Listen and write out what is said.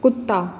ਕੁੱਤਾ